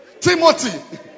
Timothy